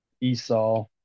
Esau